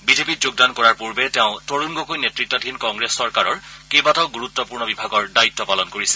বিজেপিত যোগদান কৰাৰ পূৰ্বে তেওঁ তৰুণ গগৈ নেত়তাধীন কংগ্ৰেছ চৰকাৰৰ কেইবাটাও গুৰুত্বপূৰ্ণ বিভাগৰ দায়িত্ব পালন কৰিছিল